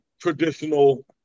traditional